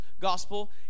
gospel